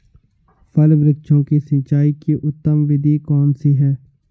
फल वृक्षों की सिंचाई की उत्तम विधि कौन सी है?